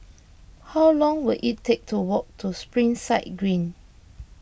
how long will it take to walk to Springside Green